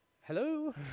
Hello